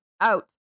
out